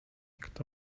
kto